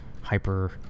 Hyper